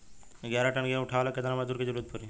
ग्यारह टन गेहूं उठावेला केतना मजदूर के जरुरत पूरी?